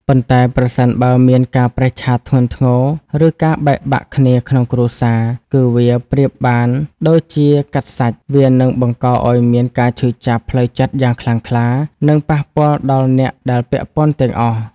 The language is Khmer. ប៉ុន្តែ ប្រសិនបើមានការប្រេះឆាធ្ងន់ធ្ងរ ឬការបែកបាក់គ្នាក្នុងគ្រួសារ គឺវាប្រៀបបានដូចជា កាត់សាច់ វានឹងបង្កឲ្យមានការឈឺចាប់ផ្លូវចិត្តយ៉ាងខ្លាំងក្លា និងប៉ះពាល់ដល់អ្នកដែលពាក់ព័ន្ធទាំងអស់។